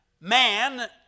man